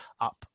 up